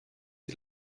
die